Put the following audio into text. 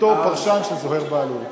בתור פרשן של זוהיר בהלול.